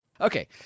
Okay